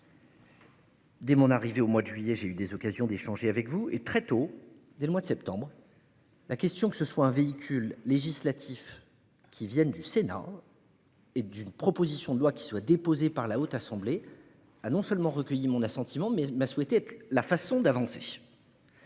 Dès mon arrivée au mois de juillet, j'ai eu des occasions d'échanger avec vous et très tôt, dès le mois de septembre. La question que ce soit un véhicule législatif. Qui viennent du Sénat. Et d'une proposition de loi qui soit déposé par la Haute Assemblée. Ah non seulement recueilli mon assentiment mais m'a souhaité la façon d'avancer.